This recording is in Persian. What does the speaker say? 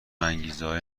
انگیزههای